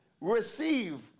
receive